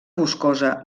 boscosa